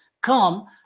come